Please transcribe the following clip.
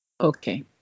Okay